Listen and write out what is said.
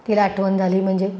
तिला आठवण झाली म्हणजे